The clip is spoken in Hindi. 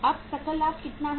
अब सकल लाभ कितना है